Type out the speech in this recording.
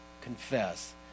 confess